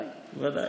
כמובן.